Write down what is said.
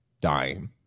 dying